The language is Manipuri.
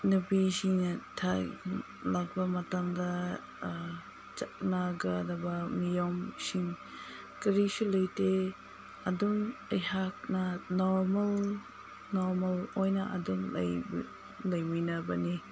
ꯅꯨꯄꯤꯁꯤꯡꯅ ꯊꯥꯒꯤ ꯂꯥꯛꯄ ꯃꯇꯝꯗ ꯆꯠꯅꯒꯗꯕ ꯅꯤꯌꯣꯝꯁꯤꯡ ꯀꯔꯤꯁꯨ ꯂꯩꯇꯦ ꯑꯗꯨꯝ ꯑꯩꯍꯥꯛꯅ ꯅꯣꯔꯃꯦꯜ ꯅꯣꯔꯃꯦꯜ ꯑꯣꯏꯅ ꯑꯗꯨꯝ ꯂꯩꯕ ꯂꯩꯃꯤꯟꯅꯕꯅꯦ